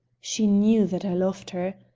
she knew that i loved her.